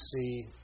see